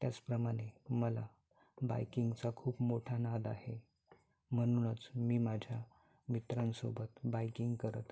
त्याचप्रमाणे मला बायकिंगचा खूप मोठा नाद आहे म्हणूनच मी माझ्या मित्रांसोबत बायकिंग करत